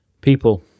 people